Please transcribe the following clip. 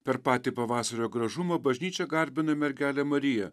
per patį pavasario gražumą bažnyčia garbina mergelę mariją